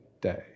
day